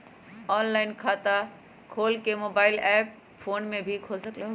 Online खाता खोले के मोबाइल ऐप फोन में भी खोल सकलहु ह?